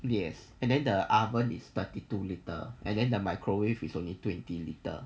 yes and then the oven is thirty two litre and then the microwave is only twenty liter